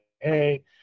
hey